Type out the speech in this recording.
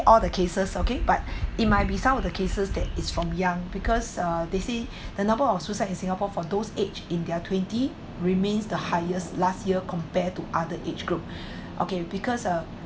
all the cases okay but it might be some of the cases that it's from young because uh they say the number of suicide in singapore for those aged in their twenty remains the highest last year compared to other age group okay because uh